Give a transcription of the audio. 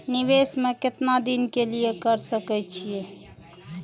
निवेश में केतना दिन के लिए कर सके छीय?